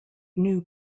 knew